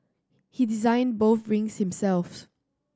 he designed both rings himself